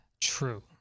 True